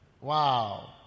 Wow